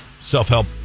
Self-help